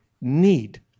need